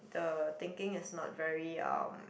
the thinking is not very um